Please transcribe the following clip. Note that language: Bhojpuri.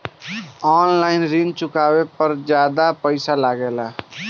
आन लाईन ऋण चुकावे पर ज्यादा पईसा लगेला?